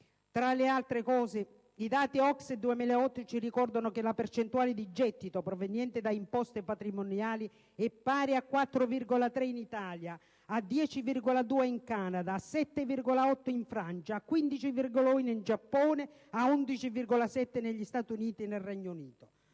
Tra le altre cose, i dati OCSE 2008 ci ricordano che la percentuale di gettito proveniente da imposte patrimoniali è pari a 4,3 in Italia, a 10,2 in Canada, a 7,8 in Francia, a 15,1 in Giappone, a 11,7 negli USA e nel Regno Unito.